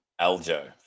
Aljo